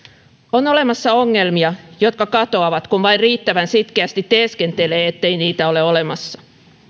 on olemassa ongelmia jotka katoavat kun vain riittävän sitkeästi teeskentelee ettei niitä ole olemassa